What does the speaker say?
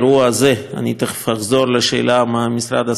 אני תכף אחזור לשאלה מה המשרד עשה בזמן האירוע,